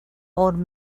old